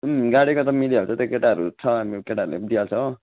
उम् गाडीको त मिलीहाल्छ त्यो केटाहरू छ अनि केटाहरूले दिइहाल्छ हो